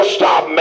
stop